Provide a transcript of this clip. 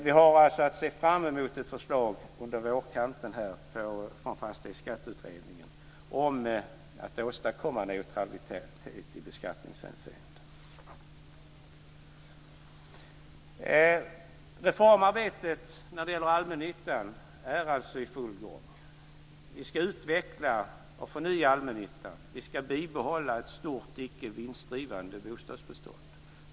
Vi har alltså att se fram emot ett förslag från Fastighetsskatteutredningen här på vårkanten om att åstadkomma neutralitet i beskattningshänseende. Reformarbetet när det gäller allmännyttan är alltså i full gång. Vi ska utveckla och förnya allmännyttan, och vi ska bibehålla ett stort icke vinstdrivande bostadsbestånd.